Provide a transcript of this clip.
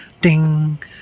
ding